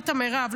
אמרת "מירב".